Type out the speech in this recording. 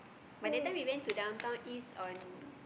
but that time we went to Downtown East on